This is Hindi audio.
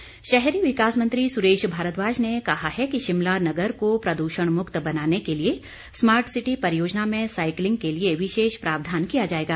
भारद्वाज शहरी विकास मंत्री सुरेश भारद्वाज ने कहा है कि शिमला नगर को प्रदूषण मुक्त बनाने के लिए स्मार्ट सिटी परियोजना में साइकिलिंग के लिए विशेष प्रावधान किया जाएगा